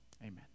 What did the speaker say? Amen